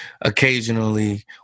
occasionally